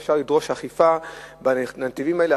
גם יהיה אפשר לדרוש אכיפה בנתיבים האלה,